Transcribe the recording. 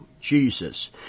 Jesus